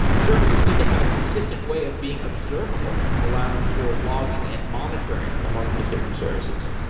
services need to have a consistent way of being observable, allowing for logging and monitoring among those different services.